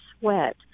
sweat